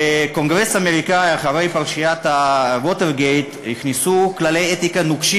בקונגרס האמריקני אחרי פרשיית ווטרגייט הכניסו כללי אתיקה נוקשים